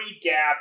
gap